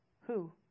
Who